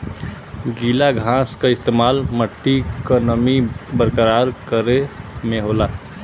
गीला घास क इस्तेमाल मट्टी क नमी बरकरार करे में होला